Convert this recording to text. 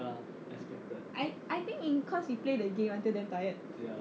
I I think cause we play the game until damn tired